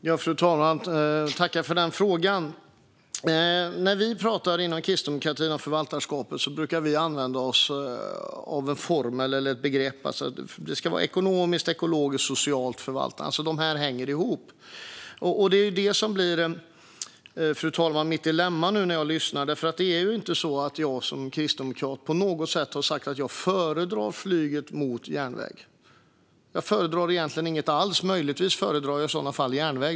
Fru talman! Jag tackar för den frågan! När vi inom kristdemokratin talar om förvaltarskapet brukar vi använda oss av en formel eller ett begrepp: Det ska vara ekonomiskt, ekologiskt och socialt förvaltande. Det hänger ihop. Det är det som blir mitt dilemma nu när jag lyssnar, fru talman. Det är ju inte så att jag som kristdemokrat på något sätt har sagt att jag föredrar flyg framför järnväg. Jag föredrar egentligen inget alls. Möjligtvis föredrar jag i sådana fall järnväg.